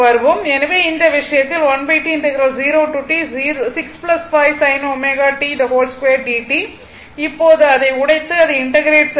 எனவே இந்த விஷயத்தில்இப்போது அதை உடைத்து அதை இன்டெகிரெட் செய்யவும்